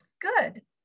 Good